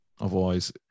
Otherwise